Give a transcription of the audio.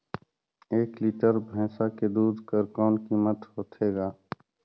एक लीटर भैंसा के दूध कर कौन कीमत होथे ग?